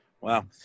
Wow